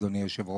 אדוני היושב ראש.